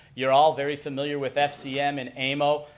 you're all very familiar with fcm and amo.